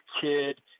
kid –